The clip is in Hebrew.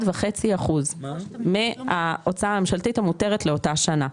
1.5% מההוצאה הממשלתית המותרת לאותה שנה.